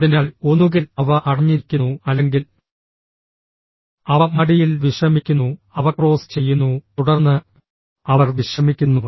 അതിനാൽ ഒന്നുകിൽ അവ അടഞ്ഞിരിക്കുന്നു അല്ലെങ്കിൽ അവ മടിയിൽ വിശ്രമിക്കുന്നു അവ ക്രോസ് ചെയ്യുന്നു തുടർന്ന് അവർ വിശ്രമിക്കുന്നു